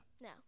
No